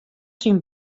syn